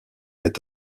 est